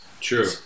True